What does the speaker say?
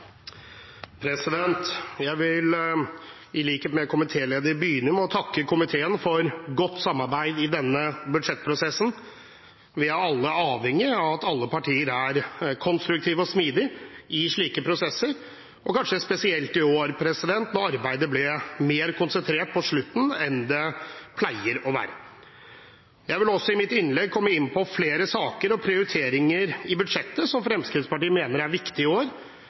vil i likhet med komitélederen begynne med å takke komiteen for godt samarbeid i denne budsjettprosessen. Vi er alle avhengig av at alle partier er konstruktive og smidige i slike prosesser, og kanskje spesielt i år da arbeidet ble mer konsentrert på slutten enn det pleier å være. Jeg vil i mitt innlegg også komme inn på flere saker og prioriteringer i budsjettet som Fremskrittspartiet mener er viktig i år.